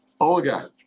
Olga